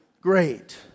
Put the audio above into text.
Great